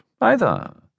either